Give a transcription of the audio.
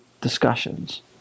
discussions